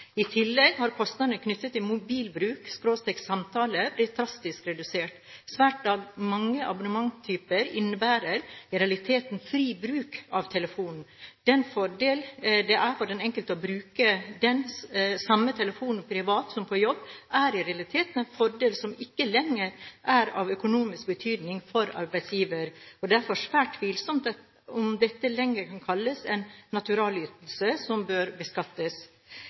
i tillegg til den de må ha i jobbsammenheng. I tillegg har kostnadene knyttet til mobilbruk/-samtaler blitt drastisk redusert. Svært mange abonnementstyper innebærer i realiteten fri bruk av telefonen. Den fordel det er for den enkelte å bruke den samme telefonen privat som på jobb, er i realiteten en fordel som ikke lenger er av økonomisk betydning for arbeidsgiver, og det er derfor svært tvilsomt om dette lenger kan kalles en naturalytelse, som bør beskattes.